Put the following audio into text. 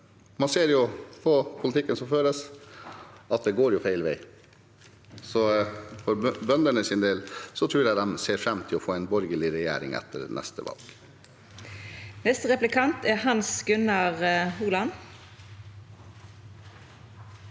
Man ser på politikken som føres, at det går feil vei. For bøndenes del tror jeg de ser fram til å få en borgerlig regjering etter neste valg. Hans Gunnar Holand